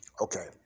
Okay